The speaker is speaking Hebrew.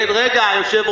יודע מי נגד מי.